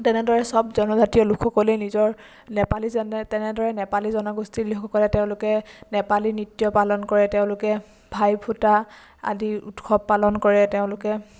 তেনেদৰে সব জনজাতীয় লোকসকলেই নিজৰ নেপালী যেনে তেনেদৰে নেপালী জনগোষ্ঠীৰ লোকসকলে তেওঁলোকে নেপালী নৃত্য পালন কৰে তেওঁলোকে ভাই ফুটা আদি উৎসৱ পালন কৰে তেওঁলোকে